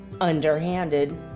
underhanded